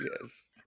Yes